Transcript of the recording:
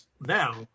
now